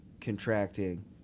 contracting